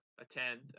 attend